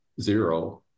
zero